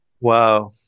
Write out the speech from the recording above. Wow